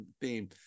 theme